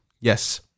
Yes